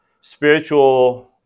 spiritual